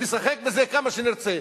נשחק בזה כמה שנרצה,